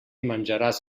menjaràs